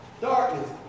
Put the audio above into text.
darkness